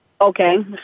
Okay